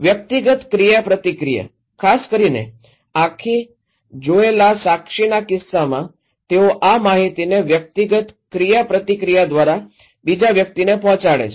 વ્યક્તિગત ક્રિયાપ્રતિક્રિયા ખાસ કરીને આંખે જોયેલા સાક્ષીના કિસ્સામાં તેઓ આ માહિતીને વ્યક્તિગત ક્રિયાપ્રતિક્રિયા દ્વારા બીજા વ્યક્તિને પહોંચાડે છે